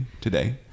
today